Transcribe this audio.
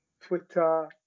Twitter